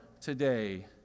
today